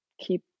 keep